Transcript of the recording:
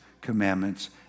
commandments